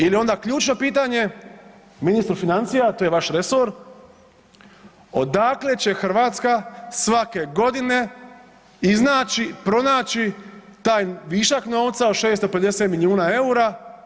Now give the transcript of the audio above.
Ili onda ključno pitanje ministru financija, a to je vaš resor, odakle će Hrvatska svake godine iznaći, pronaći taj višak novca od 650 milijuna eura?